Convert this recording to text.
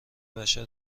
بشر